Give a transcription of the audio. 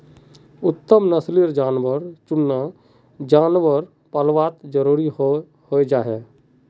उत्तम नस्लेर जानवर चुनना जानवर पल्वात ज़रूरी हं जाहा